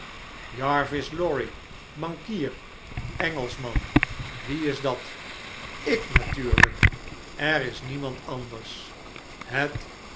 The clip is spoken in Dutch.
jarvis lorry bankier engelschman wie is dat ik natuurlijk er is niemand anders het